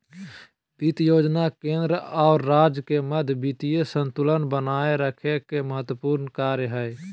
वित्त योजना केंद्र और राज्य के मध्य वित्तीय संतुलन बनाए रखे के महत्त्वपूर्ण कार्य हइ